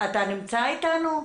אתה נמצא איתנו?